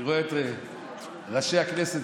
אני רואה את ראשי הכנסת.